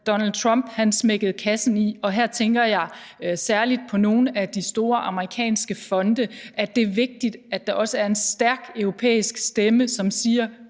Donald Trump smækkede kassen i, og her tænker jeg særlig på nogle af de store amerikanske fonde. Det er vigtigt, at der også er en stærk europæisk stemme, som siger: